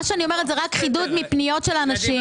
מה שאני אומרת זה רק חידוד מפניות של אנשים.